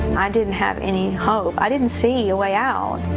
i didn't have any hope. i didn't see a way out.